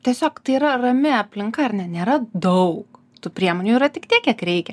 tiesiog tai yra rami aplinka ar ne nėra daug tų priemonių yra tik tiek kiek reikia